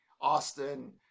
Austin